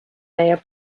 mayor